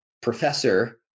professor